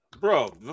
Bro